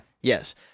yes